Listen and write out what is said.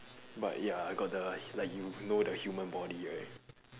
but ya got the like you know the human body right